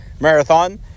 Marathon